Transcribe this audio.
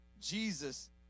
Jesus